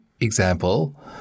example